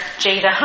Jada